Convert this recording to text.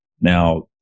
Now